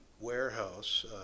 warehouse